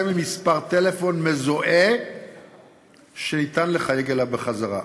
ממספר טלפון מזוהה שניתן לחייג אליו בחזרה.